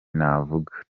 navuga